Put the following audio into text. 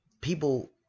people